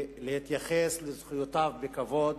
להתייחס לזכויותיו בכבוד,